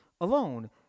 alone